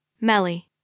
Melly